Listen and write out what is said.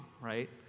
right